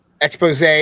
expose